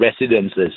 Residences